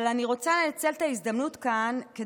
אבל אני רוצה לנצל את ההזדמנות כדי